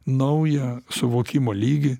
naują suvokimo lygį